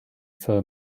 for